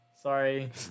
Sorry